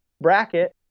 bracket